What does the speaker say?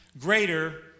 greater